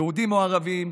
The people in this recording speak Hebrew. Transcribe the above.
יהודים או ערבים,